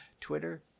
Twitter